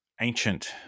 ancient